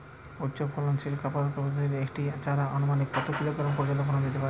উচ্চ ফলনশীল বাঁধাকপির একটি চারা আনুমানিক কত কিলোগ্রাম পর্যন্ত ফলন দিতে পারে?